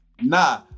nah